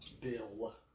Bill